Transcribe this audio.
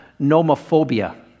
nomophobia